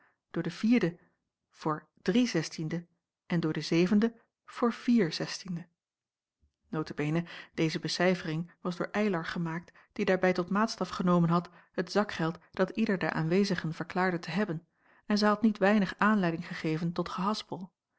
door en door deze becijfering was door eylar gemaakt die daarbij tot maatstaf genomen had het zakgeld dat ieder der aanwezigen verklaarde te hebben en zij had niet weinig aanleiding gegeven tot gehaspel